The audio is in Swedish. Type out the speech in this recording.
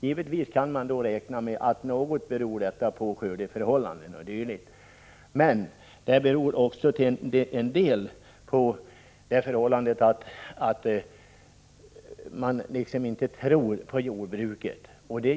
Givetvis beror detta delvis på skördeförhållandena, men det beror till en del också på det förhållandet att man liksom inte tror på jordbruket.